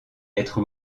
être